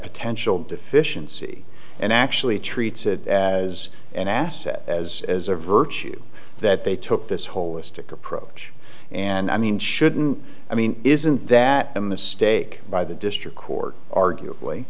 potential deficiency and actually treats it as an asset as as a virtue that they took this holistic approach and i mean shouldn't i mean isn't that a mistake by the district court